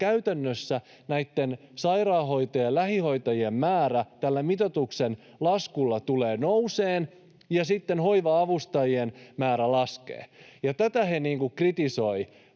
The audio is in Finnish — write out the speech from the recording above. käytännössä näitten sairaanhoitajien ja lähihoitajien määrä tällä mitoituksen laskulla tulee nousemaan ja hoiva-avustajien määrä laskemaan. Tätä he kritisoivat.